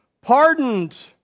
Pardoned